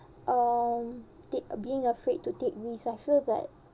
um they being afraid to take risks I feel that